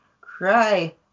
cry